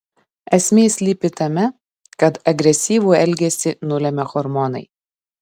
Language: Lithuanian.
esmė slypi tame kad agresyvų elgesį nulemia hormonai